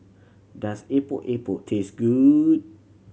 does Epok Epok taste good